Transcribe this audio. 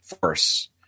force